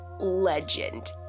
legend